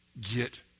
Get